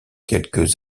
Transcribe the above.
quelques